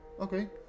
Okay